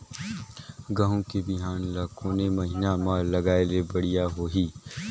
गहूं के बिहान ल कोने महीना म लगाय ले बढ़िया होही?